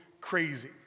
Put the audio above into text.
crazy